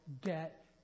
get